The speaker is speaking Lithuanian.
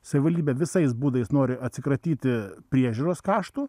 savivaldybė visais būdais nori atsikratyti priežiūros kraštų